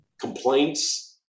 complaints